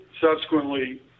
subsequently